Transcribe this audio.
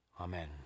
Amen